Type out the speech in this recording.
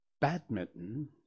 Badminton